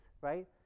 right